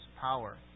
power